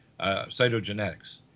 Cytogenetics